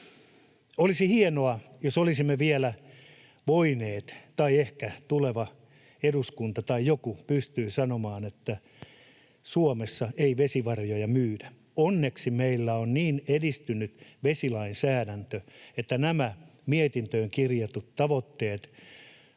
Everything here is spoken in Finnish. Olisi hienoa, jos olisimme vielä voineet sanoa, tai ehkä tuleva eduskunta tai joku pystyy sanomaan, että Suomessa ei vesivaroja myydä. Onneksi meillä on niin edistynyt vesilainsäädäntö, että nämä mietintöön kirjatut tavoitteet